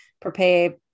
prepare